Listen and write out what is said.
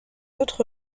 autre